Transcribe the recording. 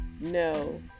no